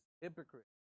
Hypocrite